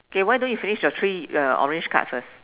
why don't you finish your three your orange card first